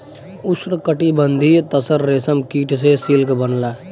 उष्णकटिबंधीय तसर रेशम कीट से सिल्क बनला